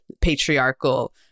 patriarchal